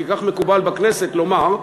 כי כך מקובל בכנסת לומר,